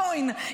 שוין,